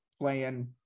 playing